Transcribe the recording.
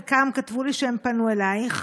חלקם כתבו לי שהם פנו אלייך,